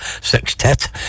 Sextet